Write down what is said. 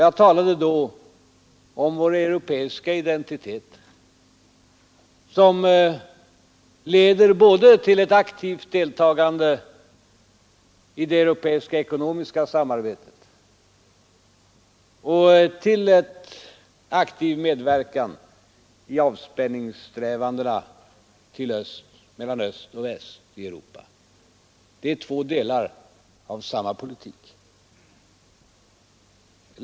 Jag talade då om vår europeiska identitet, som leder både till ett aktivt deltagande i det europeiska ekonomiska samarbetet och till en aktiv medverkan i avspänningssträvandena mellan öst och väst i Europa. Det är två delar av samma politik.